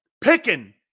picking